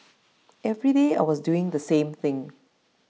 every day I was doing the same thing